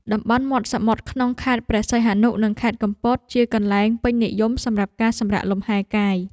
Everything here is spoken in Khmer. តំបន់មាត់សមុទ្រក្នុងខេត្តព្រះសីហនុ និងខេត្តកំពត ជាកន្លែងពេញនិយមសម្រាប់ការសម្រាកលំហែកាយ។